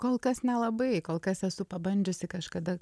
kol kas nelabai kol kas esu pabandžiusi kažkada